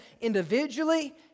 individually